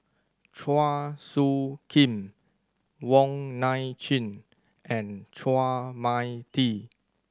Chua Soo Khim Wong Nai Chin and Chua Mia Tee